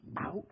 out